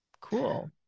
Cool